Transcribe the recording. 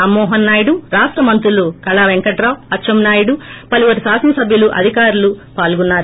రామమోహన్ నాయుడు రాష్ట మంత్రులు కళ పెంకటరావు అచ్చంనాయుడు పలువురు శాసన సబ్యులు అధికారులు పాల్గొన్నారు